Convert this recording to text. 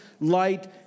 light